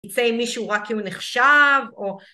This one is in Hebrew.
‫תצא עם מישהו רק כי הוא נחשב או...